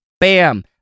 Bam